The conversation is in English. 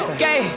gay